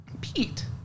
pete